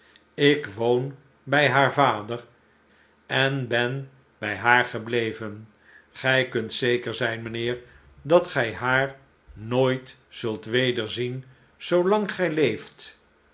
ik woon bij haar vader en ben bij haar gebleven gij kunt zeker zijn mynheer dat gij haar nooit zult wederzien zoolang gij leeft